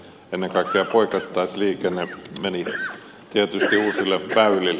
ennen kaikkea poikittaisliikenne meni tietysti uusille väylille